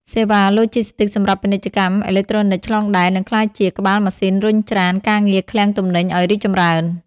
សេវាឡូជីស្ទីកសម្រាប់ពាណិជ្ជកម្មអេឡិចត្រូនិកឆ្លងដែន នឹងក្លាយជាក្បាលម៉ាស៊ីនរុញច្រានការងារឃ្លាំងទំនិញឱ្យរីកចម្រើន។